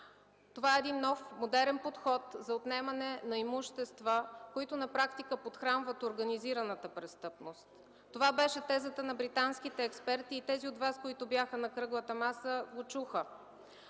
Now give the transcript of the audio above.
„Това е един нов модерен подход за отнемане на имущества, които на практика подхранват организираната престъпност”. Това беше тезата на британските експерти и тези от Вас, които бяха на Кръглата маса, го чуха.